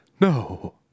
No